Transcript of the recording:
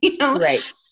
Right